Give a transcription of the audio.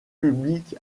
public